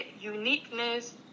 uniqueness